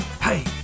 Hey